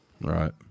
Right